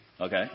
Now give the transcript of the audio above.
Okay